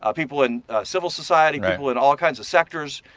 ah people in civil society, people in all kinds of sectors.